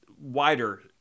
wider